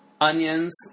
onions